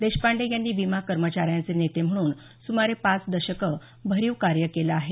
देशपांडे यांनी विमा कर्मचाऱ्यांचे नेते म्हणून सुमारे पाच दशकं भरीव कार्य केलं आहे